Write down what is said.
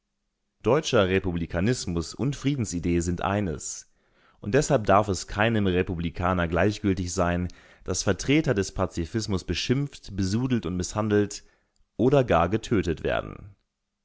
republikanismus und friedensidee sind eines und deshalb darf es keinem republikaner gleichgültig sein daß vertreter des pazifismus beschimpft besudelt und mißhandelt oder gar getötet werden